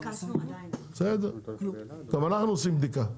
גם אנחנו עושים בדיקה.